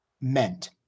meant